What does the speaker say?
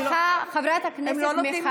סליחה, חברת הכנסת מיכל.